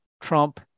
Trump